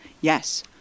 yes